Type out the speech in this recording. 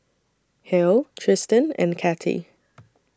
Hale Tristen and Cathie